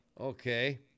okay